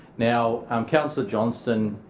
now councillor johnston